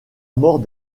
mort